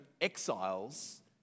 exiles